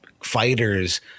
fighters